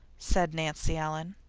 said nancy ellen.